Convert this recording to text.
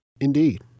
Indeed